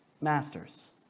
masters